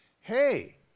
hey